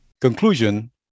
Conclusion